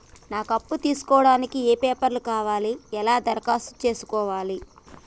నాకు అప్పు తీసుకోవడానికి ఏ పేపర్లు కావాలి ఎలా దరఖాస్తు చేసుకోవాలి?